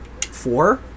Four